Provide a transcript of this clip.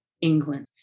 England